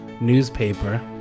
newspaper